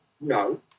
no